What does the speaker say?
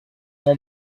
mon